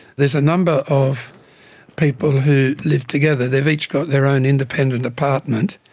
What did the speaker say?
there's a number of people who live together, they've each got their own independent apartment,